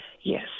Yes